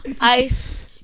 ice